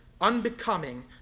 unbecoming